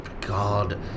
God